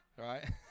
Right